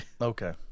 Okay